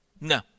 No